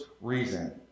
reason